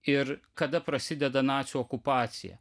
ir kada prasideda nacių okupacija